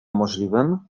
możliwym